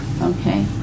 Okay